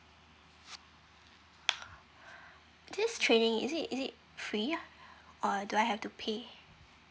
this training is it is it free or do I have to pay